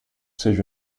seja